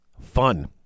fun